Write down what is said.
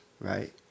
right